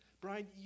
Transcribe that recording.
Brian